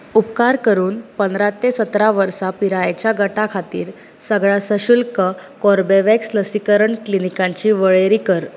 उपकार करून पंदरा ते सतरा वर्सां पिरायेच्या गटा खातीर सगळ्या सशुल्क कोर्बेवॅक्स लसीकरण क्लिनीकांची वळेरी कर